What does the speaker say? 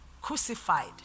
crucified